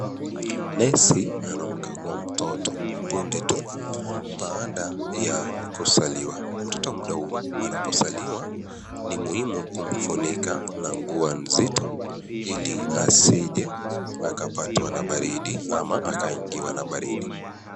Nesi anamkagua mtoto punde tu baada ya kuzaliwa. Mtoto mdogo anapozaliwa ni muhimu kumfunika na nguo nzito ili asije akapatwa na baridi ama akaingiwa na baridi.